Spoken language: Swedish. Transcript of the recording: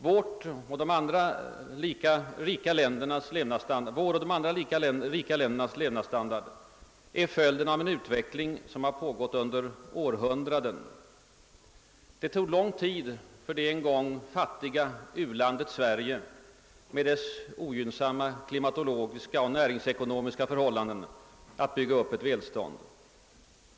Vår och de andra rika ländernas levnadsstandard är följden av en utveckling som pågått under århundraden. Det tog lång tid för det en gång fattiga u-landet Sverige med dess ogynnsamma klimatologiska och näringsekonomiska förhållanden att bygga upp ett välstånd.